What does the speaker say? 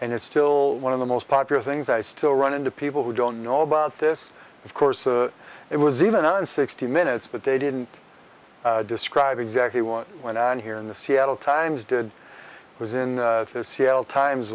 and it's still one of the most popular things i still run into people who don't know about this of course it was even on sixty minutes but they didn't describe exactly what went on here in the seattle times did was in the seattle times